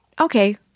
okay